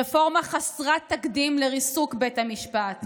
רפורמה חסרת תקדים לריסוק בית המשפט,